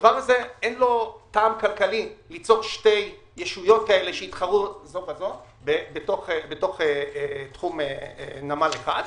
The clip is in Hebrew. לדבר הזה אין טעם כלכלי ליצור שתי ישויות שיתחרו זו בזו בתחום נמל אחד.